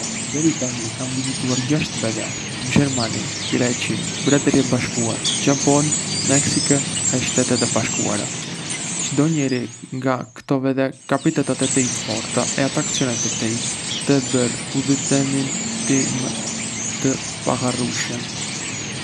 Deri tani, kam vizituar gjashtë vedhé: Gjermani, Greqi, Mbretëri e Bashkuar, Japon, Meksikë e Shtetet e Bashkuara. Çdo njëri nga ktò vedhé ka piketat e tij të forta e atraksionet e tij, të e bërë udhëtimin tim të paharrueshëm.